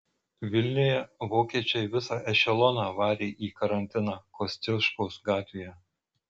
vilniuje vokiečiai visą ešeloną varė į karantiną kosciuškos gatvėje